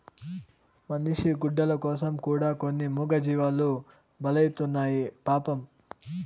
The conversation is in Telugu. మనిషి గుడ్డల కోసం కూడా కొన్ని మూగజీవాలు బలైతున్నాయి పాపం